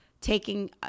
taking